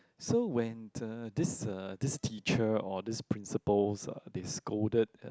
so when the this uh this teacher or this principals uh they scolded uh